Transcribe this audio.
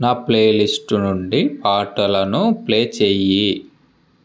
నా ప్లేలిస్ట్ నుండి పాటలను ప్లే చెయ్యి